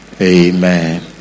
Amen